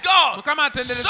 God